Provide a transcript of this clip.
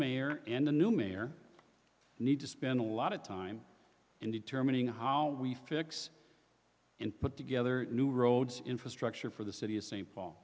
mayor and a new mayor need to spend a lot of time in determining how we fix and put together new roads infrastructure for the city of st paul